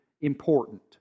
important